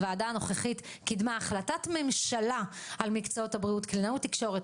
הוועדה הנוכחית קידמה החלטת ממשלה על מקצועות הבריאות: קלינאות תקשורת,